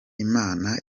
imana